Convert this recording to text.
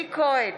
אלי כהן,